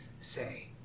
say